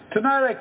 Tonight